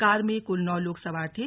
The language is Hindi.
कार में कुल नौ लोग सवार थे